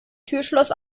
türschloss